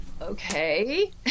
okay